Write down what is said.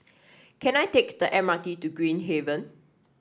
can I take the M R T to Green Haven